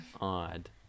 Odd